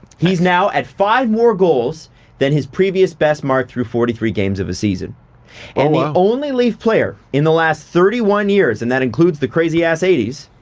he's now at five more goals than his previous best mark through forty three games of a season and the only leaf player in the last thirty one years, and that includes the crazy-ass eighty s,